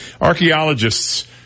Archaeologists